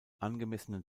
angemessenen